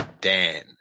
Dan